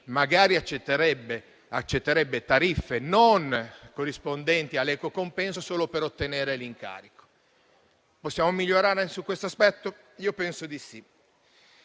magari, accetterebbe tariffe non corrispondenti all'equo compenso solo per ottenere l'incarico. Possiamo migliorare su questo aspetto? Penso di sì.